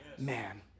man